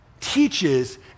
teaches